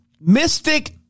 mystic